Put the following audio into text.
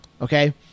okay